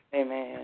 Amen